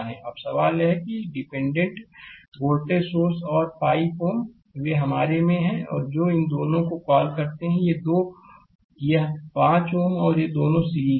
अब सवाल यह है कि यह डिपेंडेंट वोल्टेज सोर्स और 5 Ω वे हमारे में हैं जो इन दोनों को कॉल करते हैं ये दो यह 5 Ω और ये दोनों सीरीज में हैं